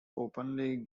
openly